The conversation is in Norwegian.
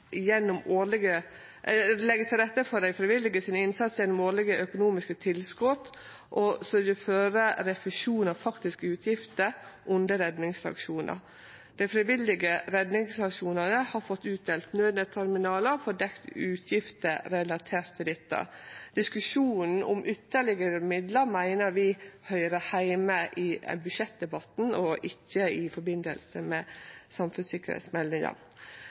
gjennom årlege økonomiske tilskot og sørgjer for refusjon av faktiske utgifter under redningsaksjonar. Dei frivillige redningsaksjonane har fått utdelt nødnett-terminalar og får dekt utgifter relaterte til dette. Diskusjonen om ytterlegare midlar meiner vi høyrer heime i budsjettdebatten og ikkje i forbindelse med